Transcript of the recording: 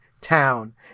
town